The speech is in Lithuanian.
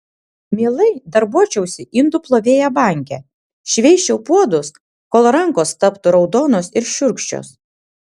mielai darbuočiausi indų plovėja banke šveisčiau puodus kol rankos taptų raudonos ir šiurkščios